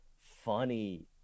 funny